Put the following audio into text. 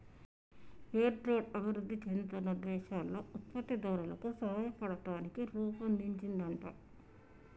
fair trade అభివృధి చెందుతున్న దేశాల్లో ఉత్పత్తి దారులకు సాయపడతానికి రుపొన్దించిందంట